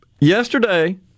Yesterday